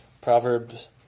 Proverbs